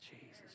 Jesus